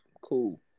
Cool